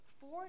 four